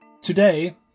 Today